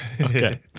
Okay